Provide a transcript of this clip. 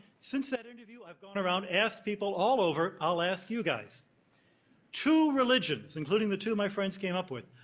since that and review, i've gone around, asked people all over, i'll ask you guys two religions, including the two my friends came up with,